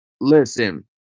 Listen